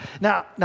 Now